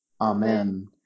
Amen